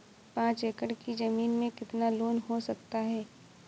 पाँच एकड़ की ज़मीन में कितना लोन हो सकता है?